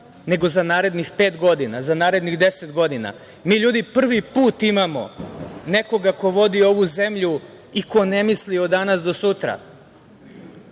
nego za narednih pet godina, za narednih 10 godina. Mi, ljudi, prvi put imamo nekoga ko vodi ovu zemlju i ko ne misli od danas do sutra,